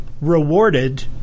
rewarded